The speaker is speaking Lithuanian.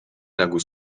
negu